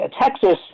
Texas